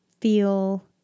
feel